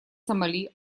сомали